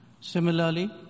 Similarly